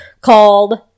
called